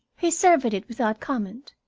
he surveyed it without comment,